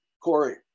corey